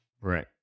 right